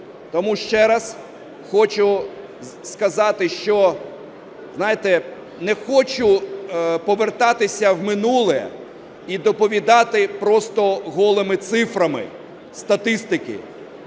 Тому ще раз хочу сказати, що, знаєте, не хочу повертатися в минуле і доповідати просто голими цифрами статистики.